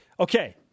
Okay